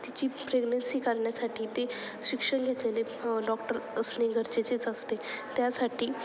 तिची प्रेग्नन्सी करण्यासाठी ते शिक्षण घेतलेले डॉक्टर असणे गरजेचेच असते त्यासाठी